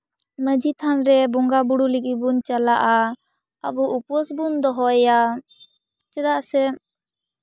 ᱢᱟᱹᱡᱷᱤ ᱛᱷᱟᱱ ᱨᱮ ᱵᱚᱸᱜᱟ ᱵᱳᱨᱳ ᱞᱟᱹᱜᱤᱫ ᱵᱚᱱ ᱪᱟᱞᱟᱜᱼᱟ ᱟᱵᱚ ᱩᱯᱟᱹᱥ ᱵᱚᱱ ᱫᱚᱦᱚᱭᱟ ᱪᱮᱫᱟᱜ ᱥᱮ